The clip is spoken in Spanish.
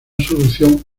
solución